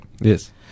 Yes